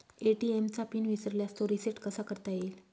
ATM चा PIN विसरल्यास तो रिसेट कसा करता येईल?